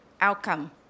outcome